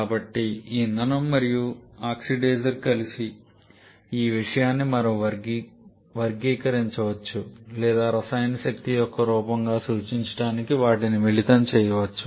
కాబట్టి ఈ ఇంధనం మరియు ఆక్సిడైజర్ కలిసి ఈ విషయాన్ని మనం వర్గీకరించవచ్చు లేదా రసాయన శక్తి యొక్క రూపంగా సూచించడానికి వాటిని మిళితం చేయవచ్చు